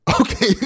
Okay